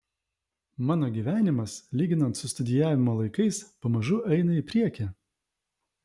mano gyvenimas lyginant su studijavimo laikais pamažu eina į priekį